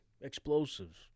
Explosives